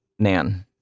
Nan